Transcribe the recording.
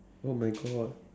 oh my god